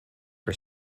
for